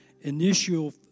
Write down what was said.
initial